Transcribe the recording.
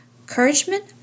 encouragement